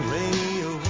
radio